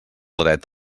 dret